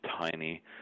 tiny